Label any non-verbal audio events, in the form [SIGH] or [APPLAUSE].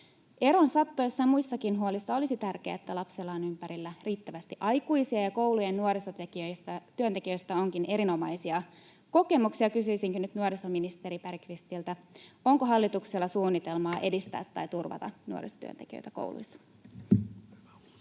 Eron sattuessa muissakin huolissa olisi tärkeää, että lapsella on ympärillä riittävästi aikuisia, ja koulujen nuorisotyöntekijöistä onkin erinomaisia kokemuksia. Kysyisinkin nyt nuorisoministeri Bergqvistiltä: onko hallituksella suunnitelma [NOISE] edistää tai turvata nuorisotyöntekijöitä kouluissa? [Speech